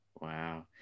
wow